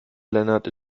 lennart